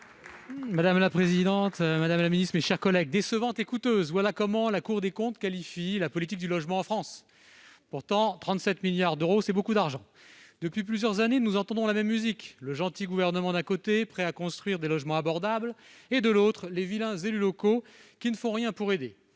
Meurant. Madame la ministre, « décevante et coûteuse », voilà comment la Cour des comptes, qualifie la politique du logement en France. Pourtant, 37 milliards d'euros, c'est beaucoup d'argent ! Depuis plusieurs années, nous entendons la même musique : le gentil Gouvernement d'un côté, prêt à construire des logements abordables, et, de l'autre, les vilains élus locaux qui ne font rien pour aider.